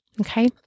Okay